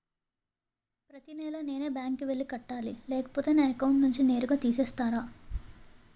ప్రతి నెల నేనే బ్యాంక్ కి వెళ్లి కట్టాలి లేకపోతే నా అకౌంట్ నుంచి నేరుగా తీసేస్తర?